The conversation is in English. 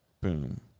Boom